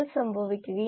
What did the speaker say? അത് സംഭവിക്കില്ല